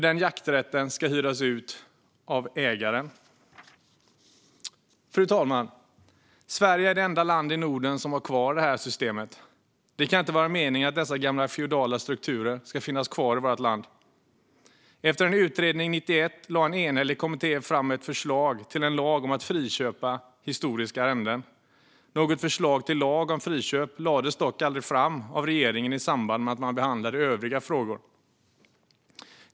Den jakträtten ska nämligen hyras ut av ägaren. Fru talman! Sverige är det enda land i Norden som har kvar det här systemet. Det kan inte vara meningen att dessa gamla feodala strukturer ska finnas kvar i vårt land. Efter en utredning 1991 lade en enhällig kommitté fram ett förslag till en lag om att friköpa historiska arrenden. Något förslag till lag om friköp lades dock aldrig fram av regeringen i samband med att man behandlade övriga frågor.